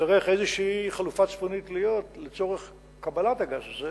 תצטרך להיות חלופה צפונית כלשהי לצורך קבלת הגז הזה